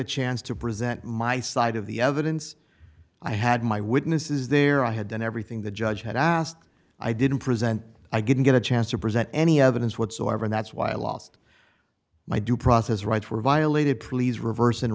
a chance to present my side of the evidence i had my witnesses there i had done everything the judge had asked i didn't present i didn't get a chance to present any evidence whatsoever that's why i lost my due process rights were violated please reverse in